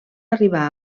arribar